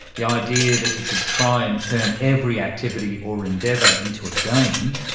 the idea that you should try and turn every activity or endeavour into a game,